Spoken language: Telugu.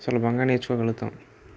సులభంగా నేర్చుకోగలుగుతాం